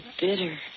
bitter